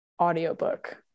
audiobook